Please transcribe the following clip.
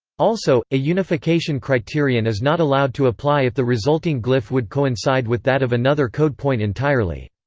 also, a unification criterion is not allowed to apply if the resulting glyph would coincide with that of another code point entirely.